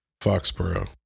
Foxborough